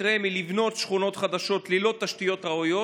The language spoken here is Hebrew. רמ"י לבנות שכונות חדשות ללא תשתיות ראויות?